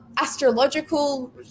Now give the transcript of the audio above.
astrological